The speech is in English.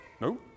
no